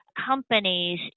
Companies